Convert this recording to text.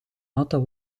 natte